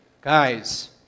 guys